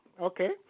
okay